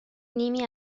نیمی